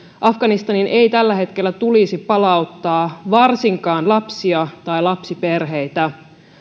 afganistaniin ei tällä hetkellä tulisi palauttaa varsinkaan lapsia tai lapsiperheitä